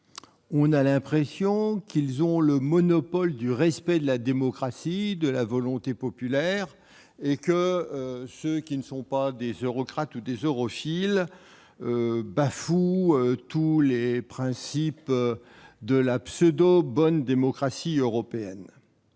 on a l'impression qu'ils ont le monopole du respect de la démocratie et de la volonté populaire, et que ceux qui ne sont pas des eurocrates ou des europhiles bafouent tous les principes de la pseudo bonne démocratie européenne